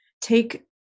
take